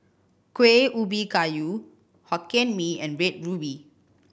Kueh Ubi Kayu Hokkien Mee and Red Ruby